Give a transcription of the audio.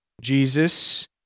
Jesus